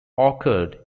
occurred